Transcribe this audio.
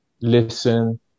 listen